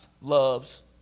loves